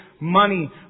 money